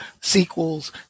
sequels